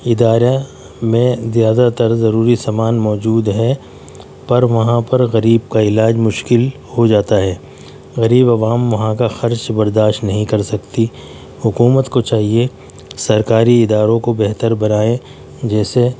ادارہ میں زیادہ تر ضروری سمان موجود ہے پر وہاں پر غریب کا علاج مشکل ہو جاتا ہے غریب عوام وہاں کا خرچ برداشت نہیں کر سکتی حکومت کو چاہیے سرکاری اداروں کو بہتر بنائے جیسے